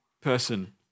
person